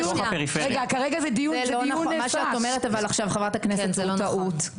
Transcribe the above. מה שאת אומרת חברת הכנסת הוא לא נכון.